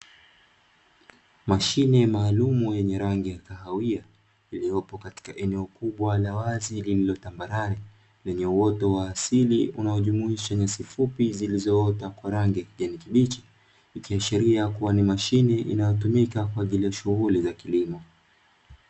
Mashine maalumu yenye rangi ya kahawia, iliyopo katika eneo kubwa la wazi lililo tambarare, lenye uoto wa asili unaojumuisha nyasi fupi zilizoota kwa rangi ya kijani kibichi, ikiashiria kuwa ni mashine inayotumika kwa ajili ya shughuli za kilimo.